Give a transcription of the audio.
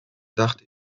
dachte